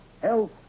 Health